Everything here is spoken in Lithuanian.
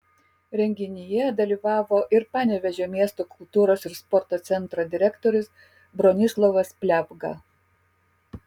renginyje dalyvavo ir panevėžio miesto kultūros ir sporto centro direktorius bronislovas pliavga